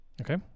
Okay